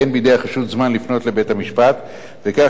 אין בידי החשוד זמן לפנות לבית-המשפט וכך,